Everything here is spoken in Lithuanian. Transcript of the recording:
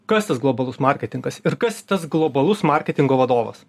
kas tas globalus marketingas ir kas tas globalus marketingo vadovas